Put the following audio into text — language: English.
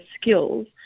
skills